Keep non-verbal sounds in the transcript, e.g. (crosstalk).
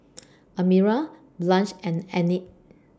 (noise) Amira Blanch and Enid